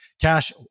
Cash